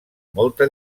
molta